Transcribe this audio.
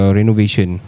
renovation